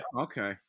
Okay